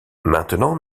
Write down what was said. maintenant